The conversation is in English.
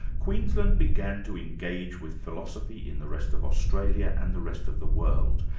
queensland began to engage with philosophy in the rest of australia and the rest of the world.